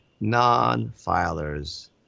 non-filers